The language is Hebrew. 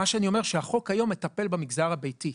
מה שאני אומר הוא שהחוק היום מטפל במגזר הביתי,